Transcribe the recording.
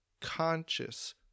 conscious